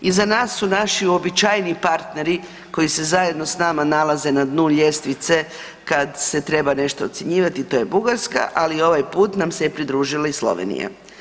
Iza nas su naši uobičajeni partneri koji se zajedno s nama nalaze na dnu ljestvice kad se treba nešto ocjenjivati, to je Bugarska, ali ovaj put nam se pridružila i Slovenija.